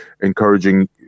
encouraging